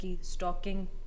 stalking